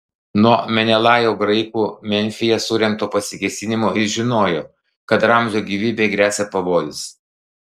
nuo menelajo graikų memfyje surengto pasikėsinimo jis žinojo kad ramzio gyvybei gresia pavojus